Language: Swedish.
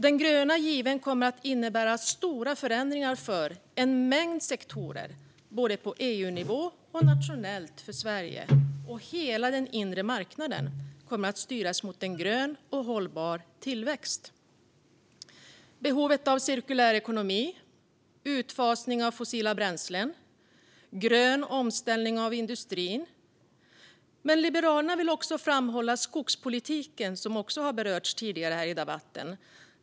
Den gröna given kommer att innebära stora förändringar för en mängd sektorer, både på EU-nivå och nationellt för Sverige, och hela den inre marknaden kommer att styras mot en grön och hållbar tillväxt. Liberalerna vill framhålla behovet av cirkulär ekonomi, utfasning av fossila bränslen och grön omställning av industrin men även skogspolitiken, som också har berörts tidigare i debatten.